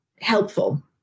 helpful